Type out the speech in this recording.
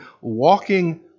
walking